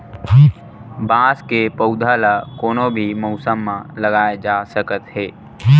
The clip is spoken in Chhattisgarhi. बांस के पउधा ल कोनो भी मउसम म लगाए जा सकत हे